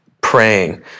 praying